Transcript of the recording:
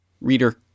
Reader